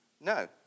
No